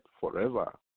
forever